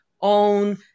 own